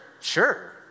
sure